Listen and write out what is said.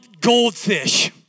goldfish